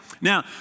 Now